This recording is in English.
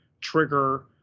trigger